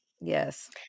yes